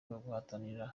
guhatanira